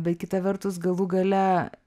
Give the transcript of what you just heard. bei kita vertus galų gale